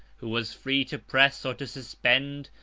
who was free to press, or to suspend,